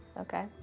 Okay